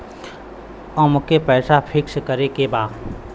अमके पैसा फिक्स करे के बा?